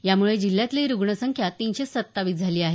यामुळे जिल्ह्यातील रुग्ण संख्या तीनशे सत्तावीस झाली आहे